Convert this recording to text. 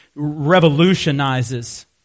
revolutionizes